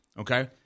Okay